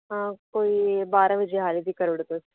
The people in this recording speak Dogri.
हां कोई बारां बजे हारी दी करी ओड़ो तुस